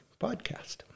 podcast